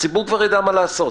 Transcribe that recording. הציבור כבר יידע מה לעשות.